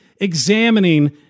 examining